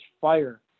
fire